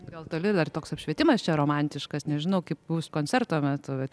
gal toli ir dar toks apšvietimas čia romantiškas nežinau kaip bus koncerto metu bet